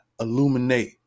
illuminate